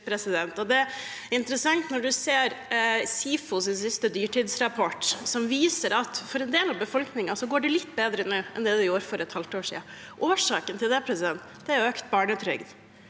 Det er interessant å se SIFOs siste dyrtidrapport, som viser at for en del av befolkningen går det litt bedre nå enn det gjorde for et halvt år siden. Årsakene til det er økt barnetrygd,